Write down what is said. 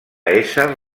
ésser